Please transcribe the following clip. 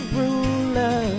ruler